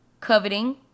coveting